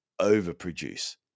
overproduce